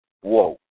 Whoa